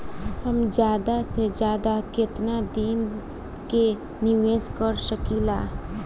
हम ज्यदा से ज्यदा केतना दिन के निवेश कर सकिला?